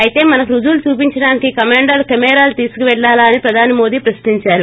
అయితే మనకు రుజువులు చూపించడానికి కమెండోలు కెమేరాలు తీసుకెళ్లాలా అని ప్రధాని మోదీ ప్రశ్నించారు